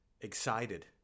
excited